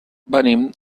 venim